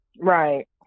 right